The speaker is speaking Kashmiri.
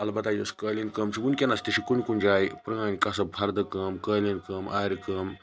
اَلبَتہ یۄس قٲلیٖن کٲم چھِ وٕنکیٚنَس تہِ چھِ کُنہِ کُنہِ جایہِ پرٲنٛۍ قصب فَردٕ کٲم قٲلیٖن کٲم آرِ کٲم